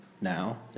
now